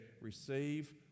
Receive